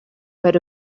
heard